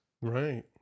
Right